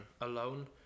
alone